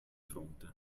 fronte